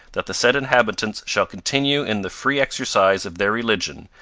that the said inhabitants shall continue in the free exercise of their religion,